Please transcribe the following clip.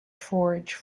forage